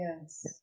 Yes